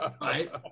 right